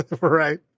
Right